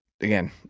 again